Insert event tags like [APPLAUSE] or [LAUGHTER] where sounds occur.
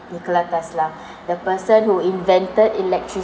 nikola tesla [BREATH] the person who invented electricity